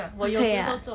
oh 可以啊